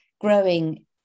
growing